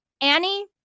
Annie